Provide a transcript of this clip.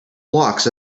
blocks